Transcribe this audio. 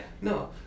No